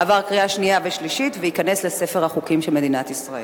עבר קריאה שנייה ושלישית וייכנס לספר החוקים של מדינת ישראל.